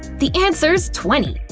the answer's twenty.